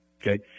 Okay